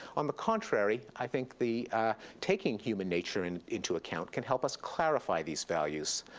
on the contrary, i think the taking human nature and into account can help us clarify these values.